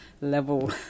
level